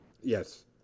yes